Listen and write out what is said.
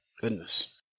Goodness